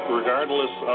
regardless